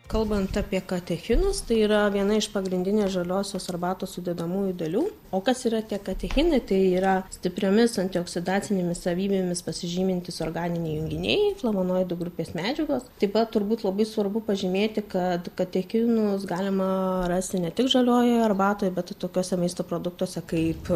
kalbant apie katechinus tai yra viena iš pagrindinių žaliosios arbatos sudedamųjų dalių o kas yra tie katechinai tai yra stipriomis antioksidacinėmis savybėmis pasižymintys organiniai junginiai flavonoidų grupės medžiagos taip pat turbūt labai svarbu pažymėti kad katechinus galima rasti ne tik žaliojoje arbatoje bet tokiuose maisto produktuose kaip